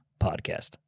podcast